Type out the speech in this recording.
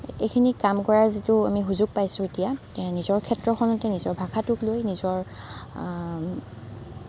এইখিনি কাম কৰাৰ যিটো সুযোগ পাইছোঁ এতিয়া নিজৰ ক্ষেত্ৰখনতে নিজৰ ভাষাটোক লৈ নিজৰ